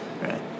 Right